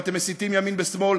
ואתם מסיתים ימין בשמאל